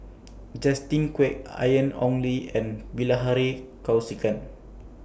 Justin Quek Ian Ong Li and Bilahari Kausikan